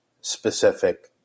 specific